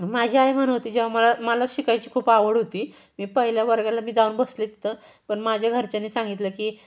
माझी आई म्हणत होती जेव्हा मला मला शिकायची खूप आवड होती मी पहिल्या वर्गाला मी जाऊन बसले तिथं पण माझ्या घरच्यांनी सांगितलं की